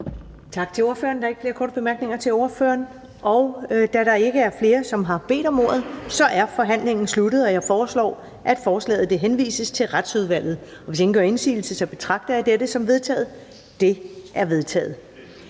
Tak til ordføreren. Der er ikke flere korte bemærkninger. Da der ikke er flere, som har bedt om ordet, er forhandlingen sluttet. Jeg foreslår, at forslaget henvises til Retsudvalget. Hvis ingen gør indsigelse, betragter jeg dette som vedtaget. Det er vedtaget.